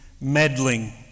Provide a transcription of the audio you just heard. meddling